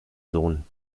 sohn